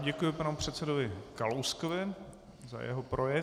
Děkuji panu předsedovi Kalouskovi za jeho projev.